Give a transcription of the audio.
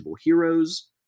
heroes